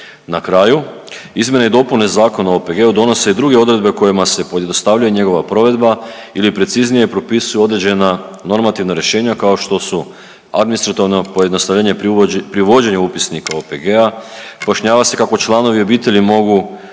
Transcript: Na kraju, izmjene i dopune Zakona o OPG-u donose i druge odredbe kojima se pojednostavljuje njegova provedba ili preciznije propisuju određena normativna rješenja kao što su administrativno pojednostavljenje pri vođenju Upisnika OPG-a, pojašnjava se kako članovi obitelji mogu